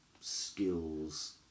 skills